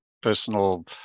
personal